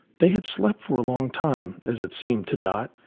they had slept for a long time, as it seemed to dot,